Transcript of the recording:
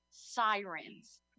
Sirens